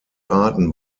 arten